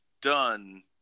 done